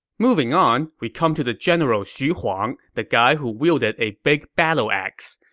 moving on, we come to the general xu huang, the guy who wielded a big battle axe.